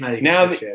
now